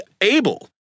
able